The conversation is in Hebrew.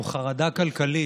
או חרדה כלכלית,